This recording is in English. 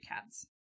cats